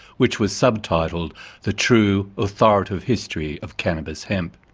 which was subtitled the true authoritative history of cannabis hemp.